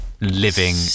living